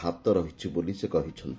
ହାତ ରହିଛି ବୋଲି କହିଛନ୍ତି